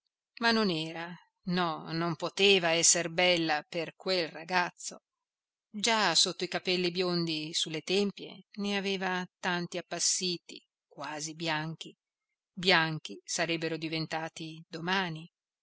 ma non era no non poteva esser bella per quel ragazzo già sotto i capelli biondi sulle tempie ne aveva tanti appassiti quasi bianchi bianchi sarebbero diventati domani